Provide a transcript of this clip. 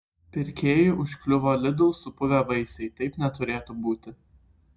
pirkėjui užkliuvo lidl supuvę vaisiai taip neturėtų būti